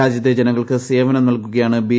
രാജ്യത്തെ ജനങ്ങൾക്ക് സേവനം നൽകുകയാണ് ബി